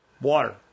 water